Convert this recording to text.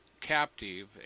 captive